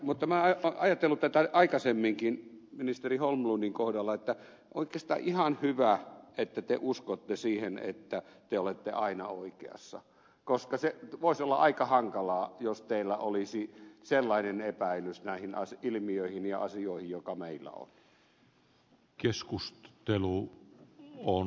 mutta olen ajatellut tätä aikaisemminkin ministeri holmlundin kohdalla on oikeastaan ihan hyvä että te uskotte siihen että te olette aina oikeassa koska se voisi olla aika hankalaa jos teillä olisi sellainen epäilys näistä ilmiöistä ja asioista joka meillä on